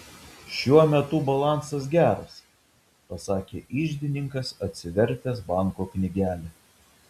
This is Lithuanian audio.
šiuo metu balansas geras pasakė iždininkas atsivertęs banko knygelę